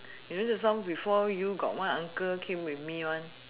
you know just now before you got one uncle came with me one